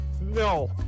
No